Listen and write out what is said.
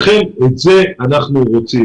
לכן את זה אנחנו רוצים.